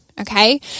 okay